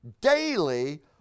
daily